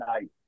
night